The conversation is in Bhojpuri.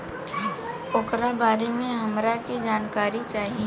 ओकरा बारे मे हमरा के जानकारी चाही?